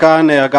הפנייה אושרה.